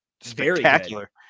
spectacular